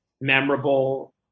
memorable